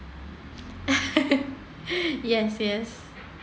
yes yes